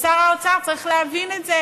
שר האוצר צריך להבין את זה